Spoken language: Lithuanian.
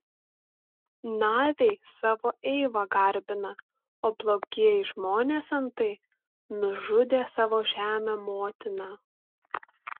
naviai savo eivą garbina o blogieji žmonės antai nužudė savo žemę motiną